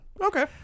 Okay